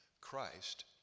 Christ